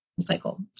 cycle